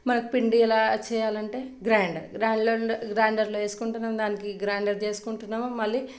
మనకి పిండి ఎలా చెయ్యాలంటే గ్రైండర్ గ్రైండర్లో ఏసుకుంటున్నాం దానికి గ్రైండర్ చేసుకుంటున్నాము మళ్ళీ